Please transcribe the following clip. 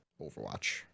Overwatch